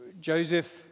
Joseph